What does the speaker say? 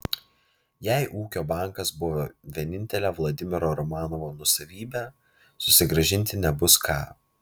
jei ūkio bankas buvo vienintelė vladimiro romanovo nuosavybė susigrąžinti nebus ką